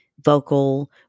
vocal